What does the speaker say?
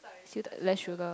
siew dai less sugar